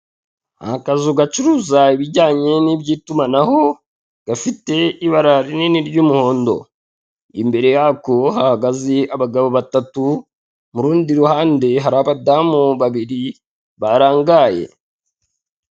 Akazu gacuruza ibijyanye n'iby'itumanaho, gafite ibara rinini ry'umuhondo. Imbere yako hahagaze abagabo batatu, mu rundi ruhande hari abadamu babiri barangaye.